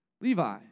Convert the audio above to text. Levi